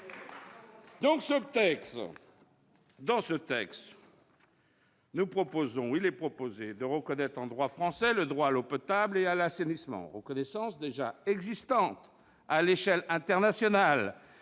! Dans ce texte, il est proposé de reconnaître en droit français le droit à l'eau potable et à l'assainissement, reconnaissance qui existe déjà à l'échelon international